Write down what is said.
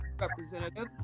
Representative